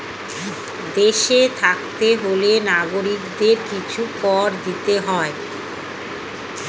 দেশে থাকতে হলে নাগরিকদের কিছু কর দিতে হয়